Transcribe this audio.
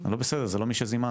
לא בסדר, זה לא מי שזימנו,